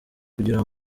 kugira